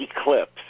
eclipse